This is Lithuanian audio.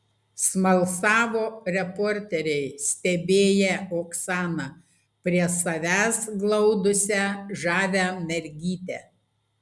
smalsavo reporteriai stebėję oksaną prie savęs glaudusią žavią mergytę